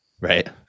right